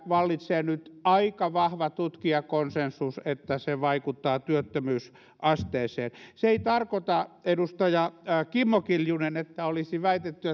vallitsee nyt aika vahva tutkijakonsensus että se vaikuttaa työttömyysasteeseen se ei tarkoita edustaja kimmo kiljunen että olisi väitetty